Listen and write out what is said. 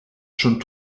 schon